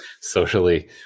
socially